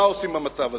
מה עושים במצב הזה,